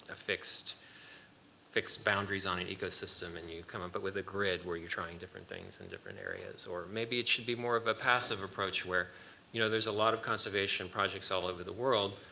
ah fixed fixed boundaries on an ecosystem, and you come up but with a grid where you're trying different things in different areas. or maybe it should be more of a passive approach, where you know, there's a lot of conservation projects all over the world.